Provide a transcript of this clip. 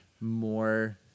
more